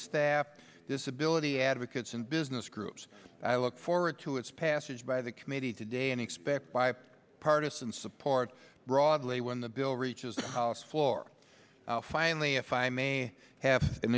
staff disability advocates and business groups i look forward to its passage by the committee today and expect bipartisan support broadly when the bill reaches the house floor finally if i may have an